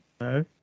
No